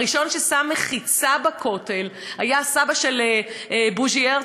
הראשון ששם מחיצה בכותל היה סבא של בוז'י הרצוג,